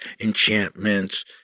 Enchantments